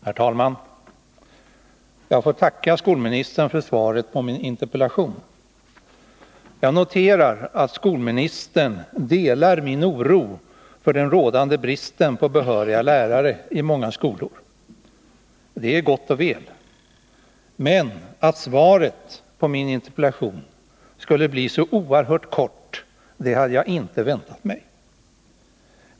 Herr talman! Jag får tacka skolministern för svaret på min interpellation. Jag noterar att skolministern delar min oro för den rådande bristen på behöriga lärare i många skolor. Det är gott och väl. Men att svaret på min interpellation skulle bli så oerhört kort hade jag inte väntat mig.